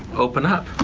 open up!